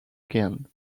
again